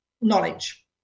knowledge